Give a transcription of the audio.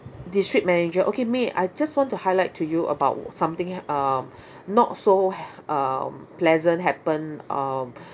district manager okay may I just want to highlight to you about something um not so h~ um pleasant happened um